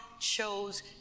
chose